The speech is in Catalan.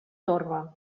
torba